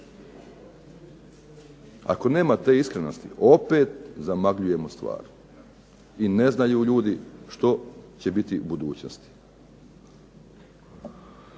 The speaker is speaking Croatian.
Ako nema te iskrenosti, opet zamagljujemo stvar i ne znaju ljudi što će biti u budućnosti.